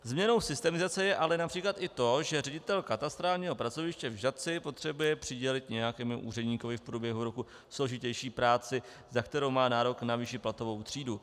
Změnou systemizace je ale např. i to, že ředitel katastrálního pracoviště v Žatci potřebuje přidělit nějakému úředníkovi v průběhu roku složitější práci, za kterou má nárok na vyšší platovou třídu.